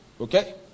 Okay